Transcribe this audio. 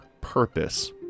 purpose